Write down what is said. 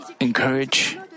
encourage